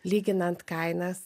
lyginant kainas